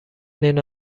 اینو